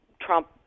Trump